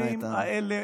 אני את הדברים האלה אומר,